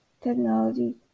technology